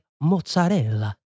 mozzarella